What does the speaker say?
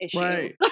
right